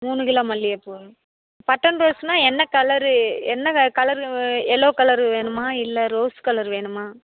மூணு கிலோ மல்லிகைப்பூ பட்டன் ரோஸ்னால் என்ன கலரு என்ன கலரு எல்லோ கலரு வேணுமா இல்லை ரோஸ் கலர் வேணுமா